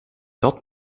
dat